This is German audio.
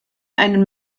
einen